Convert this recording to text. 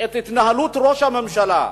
את התנהלות ראש הממשלה,